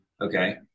Okay